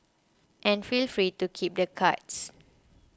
and feel free to keep the cards